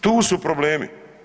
Tu su problemi.